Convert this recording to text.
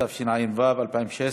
התשע"ו 2016,